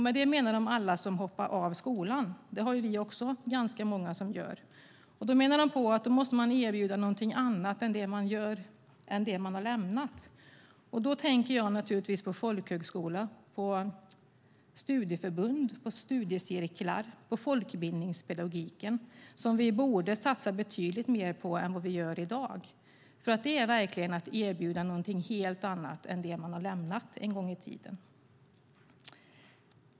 Med detta menade de alla som hoppar av skolan, och det har vi också ganska många som gör. De menade att man måste erbjuda någonting annat än det människor har lämnat. Då tänker jag naturligtvis på folkhögskola, studieförbund, studiecirklar och folkbildningspedagogiken, som vi borde satsa betydligt mer på än vad vi gör i dag. Det är nämligen att erbjuda något helt annat än det människor en gång i tiden har lämnat.